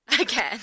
again